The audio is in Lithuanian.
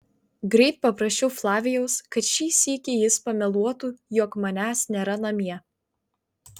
greit paprašiau flavijaus kad šį sykį jis pameluotų jog manęs nėra namie